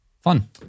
fun